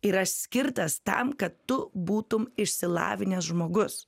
yra skirtas tam kad tu būtum išsilavinęs žmogus